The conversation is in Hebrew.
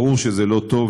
ברור שזה לא טוב,